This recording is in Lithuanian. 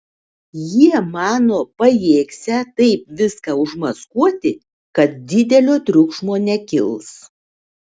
jie mano pajėgsią taip viską užmaskuoti kad didelio triukšmo nekils